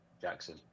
Jackson